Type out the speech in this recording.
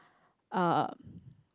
uh